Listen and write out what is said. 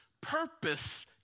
purpose